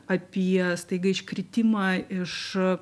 apie staiga iškritimą iš aa